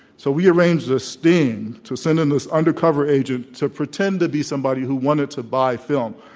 so we arranged this sting to send in this undercover agent to pretend to be somebody who wanted to buy film.